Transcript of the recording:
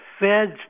feds